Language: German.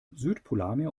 südpolarmeer